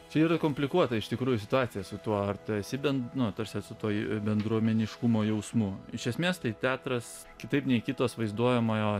čia yra komplikuota iš tikrųjų situacija su tuo ar tu esi bent nu tarsi esu toj bendruomeniškumo jausmu iš esmės tai teatras kitaip nei kitos vaizduojamojo